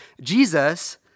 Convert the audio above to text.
Jesus